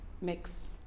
mix